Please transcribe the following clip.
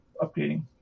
updating